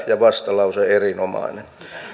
ja vastalause erinomainen